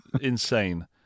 insane